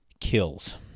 kills